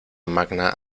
magna